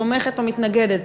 תומכת או מתנגדת,